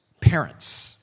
parents